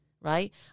right